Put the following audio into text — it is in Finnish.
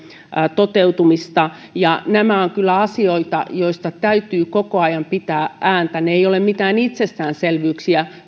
toteutumista ja nämä ovat kyllä asioita joista täytyy koko ajan pitää ääntä ne eivät ole mitään itsestäänselvyyksiä